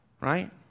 right